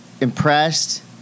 impressed